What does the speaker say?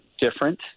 different